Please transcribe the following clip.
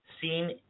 seen